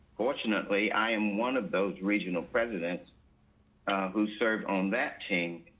fortunately, i am one of those regional presidents who served on that chain.